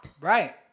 right